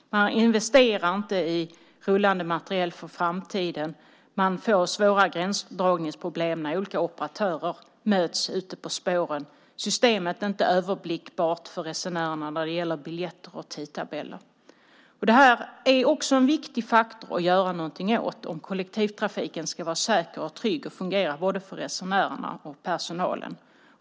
Man investerar inte i rullande materiel för framtiden. Man får svåra gränsdragningsproblem när olika operatörer möts på spåren. Systemet är inte överblickbart för resenärerna när det gäller biljetter och tidtabeller. Det är också en viktig faktor att göra något åt om kollektivtrafiken ska vara säker och trygg och fungera både för resenärerna och för personalen.